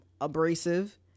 abrasive